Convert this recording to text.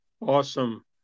awesome